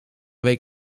week